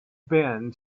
been